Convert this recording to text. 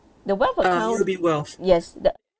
the wealth account yes the